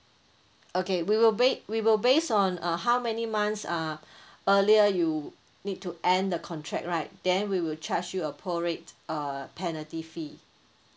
okay we will base we will based on uh how many months uh earlier you need to end the contract right then we will charge you a prorate uh penalty fee